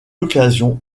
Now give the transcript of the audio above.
occasion